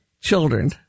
children